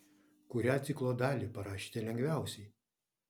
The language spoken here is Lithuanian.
kurią ciklo dalį parašėte lengviausiai